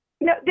No